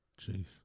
Jeez